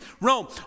Rome